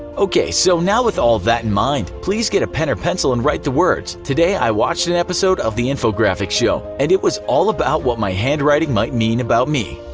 ok, so now with all that in mind, please get a pen or pencil and write the words. today i watched an episode of the infographics show and it was all about what my handwriting might mean about me.